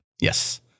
yes